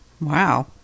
Wow